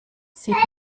sieht